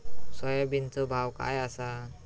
सोयाबीनचो भाव काय आसा?